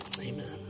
Amen